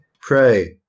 Pray